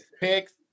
picks